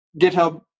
GitHub